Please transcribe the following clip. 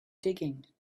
digging